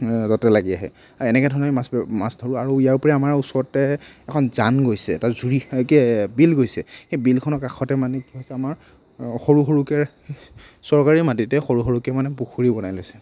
লাগি আহে এনেকৈ ধৰণে মাছ মাছ ধৰোঁ ইয়াৰ উপৰিও আমাৰ ওচৰতে এখন জান গৈছে এটা জুৰি বিল গৈছে সেই বিলখনৰ কাষতে মানে কি হৈছে আমাৰ সৰু সৰুকৈ চৰকাৰী মাটিতে সৰু সৰুকৈ মানে পুখুৰী বনাই লৈছে